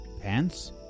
Pants